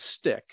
stick